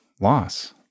loss